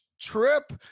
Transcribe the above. trip